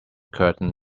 curtain